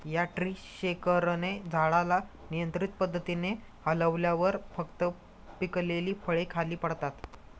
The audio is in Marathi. या ट्री शेकरने झाडाला नियंत्रित पद्धतीने हलवल्यावर फक्त पिकलेली फळे खाली पडतात